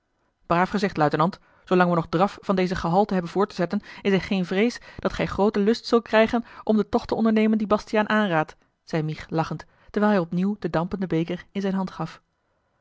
braaf gezegd luitenant zoolang we nog draf van deze gehalte hebben voor te zetten is er geene vrees dat gij grooten lust zult krijgen om den tocht te ondernemen dien bastiaan aanraadt zeî mich lachend terwijl hij opnieuw den dampenden beker in zijne hand gaf